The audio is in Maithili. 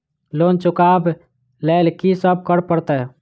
लोन चुका ब लैल की सब करऽ पड़तै?